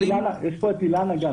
יש פה את אילנה גנס,